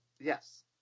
Yes